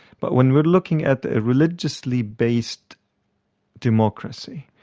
but when we're looking at at religiously based democracy,